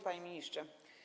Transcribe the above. Panie Ministrze!